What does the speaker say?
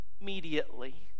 immediately